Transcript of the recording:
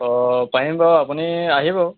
অঁ পাৰিম বাৰু আপুনি আহিব